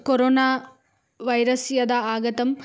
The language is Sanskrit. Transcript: कोरोना वैरस् यदा आगतम्